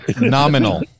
Nominal